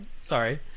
sorry